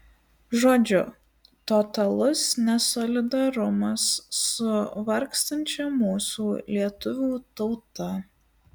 žodžiu totalus nesolidarumas su vargstančia mūsų lietuvių tauta